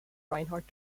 reinhardt